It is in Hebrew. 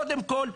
קודם כל,